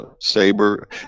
saber